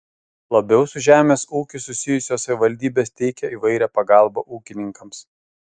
labiau su žemės ūkiu susijusios savivaldybės teikia įvairią pagalbą ūkininkams